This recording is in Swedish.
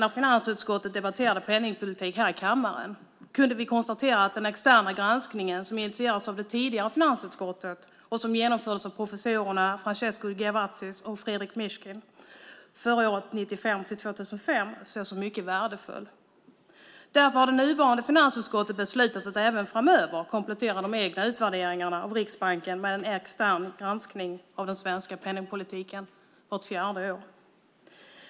När finansutskottet debatterade penningpolitik här i kammaren för ett år sedan kunde vi konstatera att den externa granskningen, som initierats av det tidigare finansutskottet och som genomfördes av professorerna Francesco Giavazzi och Frederic Mishkin för åren 1995-2005, sågs som mycket värdefull. Därför har det nuvarande finansutskottet beslutat att även framöver komplettera de egna utvärderingarna av Riksbanken med en extern granskning av den svenska penningpolitiken vart fjärde år.